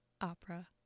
opera